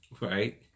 right